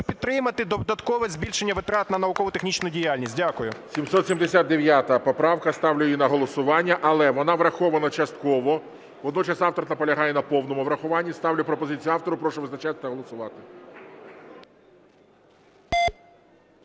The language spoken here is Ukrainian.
підтримати додаткове збільшення витрат на науково-технічну діяльність. Дякую. ГОЛОВУЮЧИЙ. 779 поправка. Ставлю її на голосування. Але вона врахована частково. Водночас автор наполягає на повному врахуванні. Ставлю пропозицію автора. Прошу визначатися та голосувати.